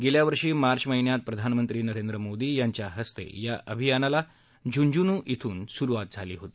गेल्यावर्षी मार्प महिन्यात प्रधानमंत्री नरेन्द्र मोदी यांच्या हस्ते या अभियानाला झुंझुनू इथून सुरुवात झाली होती